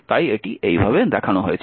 তাই এটি এই ভাবে দেখানো হয়েছে